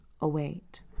await